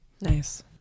Nice